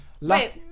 Wait